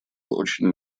очень